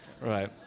Right